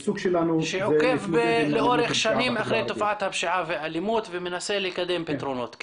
שעוקב לאורך שנים אחרי תופעת הפשיעה והאלימות ומנסה לקדם פתרונות.